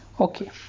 Okay